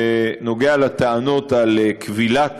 בנוגע לטענות על כבילת